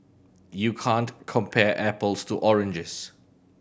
you can't compare apples to oranges